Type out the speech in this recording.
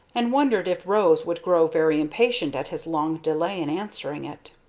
and wondered if rose would grow very impatient at his long delay in answering it.